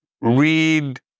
read